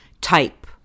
type